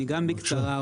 אדבר בקצרה,